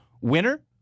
Winner